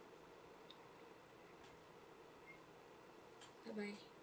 bye bye